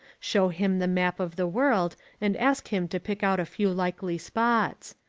show him the map of the world and ask him to pick out a few likely spots.